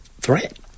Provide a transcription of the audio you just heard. threat